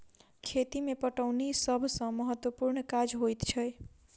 खेती मे पटौनी सभ सॅ महत्त्वपूर्ण काज होइत छै